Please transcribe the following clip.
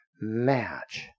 match